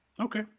Okay